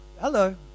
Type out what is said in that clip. hello